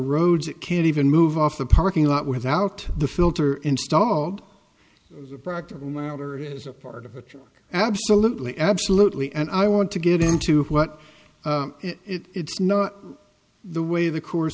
roads it can't even move off the parking lot without the filter installed the practical matter is part of it absolutely absolutely and i want to get into what it's not the way the cour